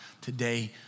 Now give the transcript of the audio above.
Today